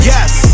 Yes